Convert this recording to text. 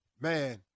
Man